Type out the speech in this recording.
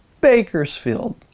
Bakersfield